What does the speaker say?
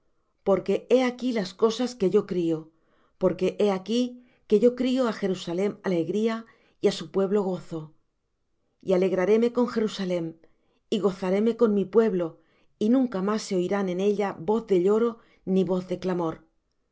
porque he aquí que yo las cosas que yo crío porque he aquí que yo fzacrío á jerusalem alegría y á su pueblo gozo y alegraréme con jerusalem y gozaréme con mi pueblo y nunca más se oirán en ella voz de lloro ni voz de clamor